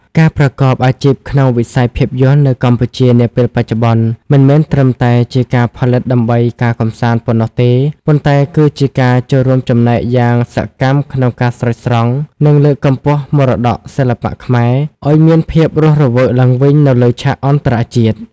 ការប្រកបអាជីពក្នុងវិស័យភាពយន្តនៅកម្ពុជានាពេលបច្ចុប្បន្ន មិនមែនត្រឹមតែជាការផលិតដើម្បីការកម្សាន្តប៉ុណ្ណោះទេ ប៉ុន្តែគឺជាការចូលរួមចំណែកយ៉ាងសកម្មក្នុងការស្រោចស្រង់ និងលើកកម្ពស់មរតកសិល្បៈខ្មែរឱ្យមានភាពរស់រវើកឡើងវិញនៅលើឆាកអន្តរជាតិ។